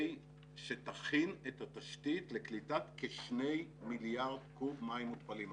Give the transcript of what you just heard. שתכין את התשתית לקליטת כשני מיליארד קוב מים מותפלים.